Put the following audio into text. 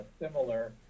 similar